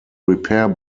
repair